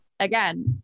Again